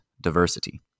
diversity